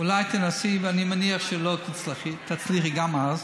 אולי תנסי, ואני מניח שלא תצליחי גם אז,